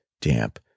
damp